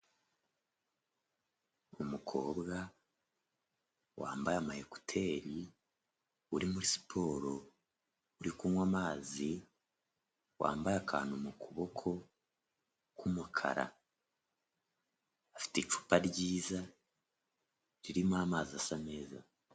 Umukobwa wambaye amayekuteri, uri muri siporo, uri kunywa amazi, wambaye akantu mu kuboko k'umukara, afite icupa ryiza, ririmo amazi asa neza.